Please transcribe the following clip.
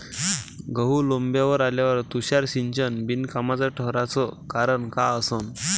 गहू लोम्बावर आल्यावर तुषार सिंचन बिनकामाचं ठराचं कारन का असन?